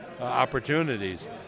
opportunities